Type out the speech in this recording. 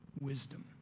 wisdom